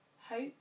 hope